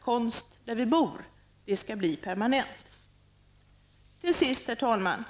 ''Konst där vi bor'' skall bli permanent. Till sist, herr talman!